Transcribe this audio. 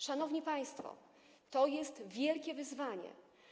Szanowni państwo, to jest wielkie wyzwanie.